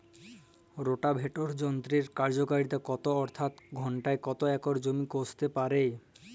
Rotavator যন্ত্রের কার্যকারিতা কত অর্থাৎ ঘণ্টায় কত একর জমি কষতে পারে?